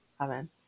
Amen